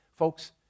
Folks